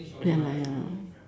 ya lah ya lah